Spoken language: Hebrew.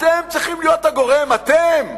אתם צריכים להיות הגורם, אתם,